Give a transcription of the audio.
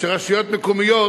שרשויות מקומיות,